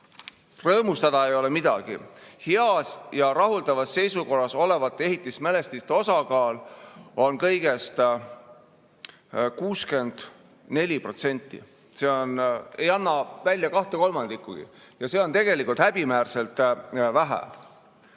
rõõmustada ei ole millegi üle. Heas ja rahuldavas seisukorras olevate ehitismälestiste osakaal on kõigest 64%, see ei anna välja kahte kolmandikkugi, ja seda on häbiväärselt vähe.